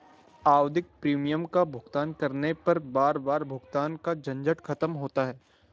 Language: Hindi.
आवधिक प्रीमियम का भुगतान करने पर बार बार भुगतान का झंझट खत्म होता है